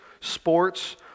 sports